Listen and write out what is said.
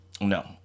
No